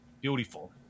Beautiful